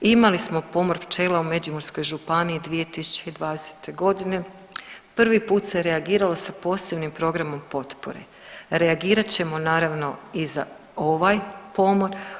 Imali smo pomor pčela u Međimurskoj županiji 2020.g., prvi put se reagirali sa posebnim programom potpore, reagirat ćemo naravno i za ovaj pomor.